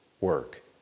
work